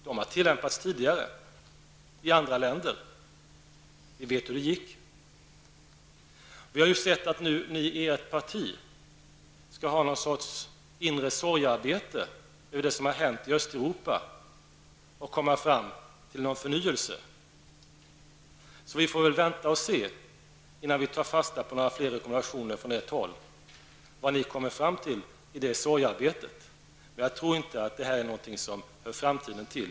De har tillämpats tidigare i andra länder. Vi vet hur det gick. I ert parti skall ni ju ha någon sorts inre sorgearbete med anledning av vad som har hänt i Östeuropa och för att komma fram till något slags förnyelse. Vi får väl vänta och se vad ni kommer fram till i detta sorgearbete, innan vi tar fasta på några rekommendationer från ert håll. Jag tror inte att det som Lars-Ove Hagberg redovisade i dag är någonting som hör framtiden till.